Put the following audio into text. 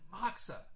Moxa